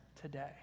today